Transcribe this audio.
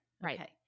Right